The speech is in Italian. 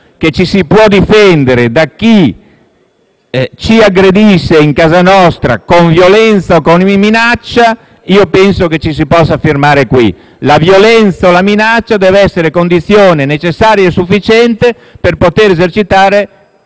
che ci si può difendere da chi ci aggredisce in casa nostra, con violenza o con minaccia, ci si possa fermare qui. La violenza o la minaccia devono essere condizione necessaria e sufficiente per poter esercitare